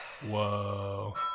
Whoa